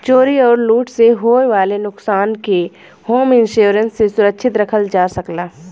चोरी आउर लूट से होये वाले नुकसान के होम इंश्योरेंस से सुरक्षित रखल जा सकला